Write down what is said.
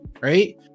right